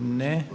Ne.